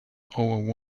over